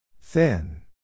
Thin